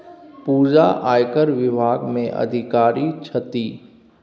पूजा आयकर विभाग मे अधिकारी छथि